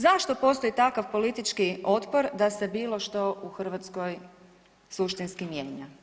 Zašto postoji takav politički otpor da se bilo što u Hrvatskoj suštinski mijenja?